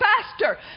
faster